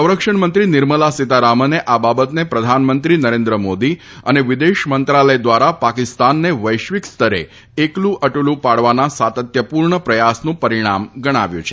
સંરક્ષણ મંત્રી નિર્મલા સીતારામને આ બાબતને પ્રધાનમંત્રી નરેન્દ્ર મોદી અને વિદેશ મંત્રાલય દ્વારા પાકિસ્તાનને વૈશ્વીકસ્તરે એકલું અટલું પાડવાના સાતત્ય પૂર્ણ પ્રયાસનું પરિણામ ગણાવ્યું છે